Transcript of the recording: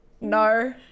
no